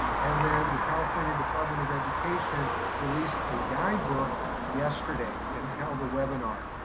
and then the california department of education released a guidebook yesterday and held a webinar.